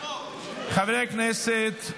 חברי הכנסת,